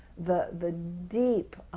the the deep